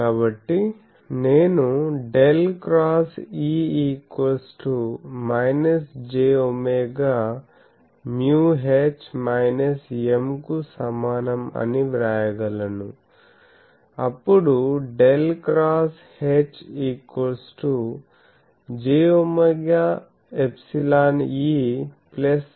కాబట్టి నేను ∇ X E jωμH M కు సమానం అని వ్రాయగలను అప్పుడు ∇ XH jω∈E J కు సమానం